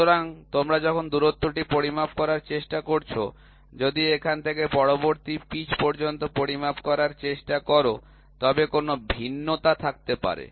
সুতরাং এখন তোমরা যখন দূরত্বটি পরিমাপ করার চেষ্টা করছ যদি এখান থেকে পরবর্তী পিচ পর্যন্ত পরিমাপ করার চেষ্টা কর তবে কোনও ভিন্নতা থাকতে পারে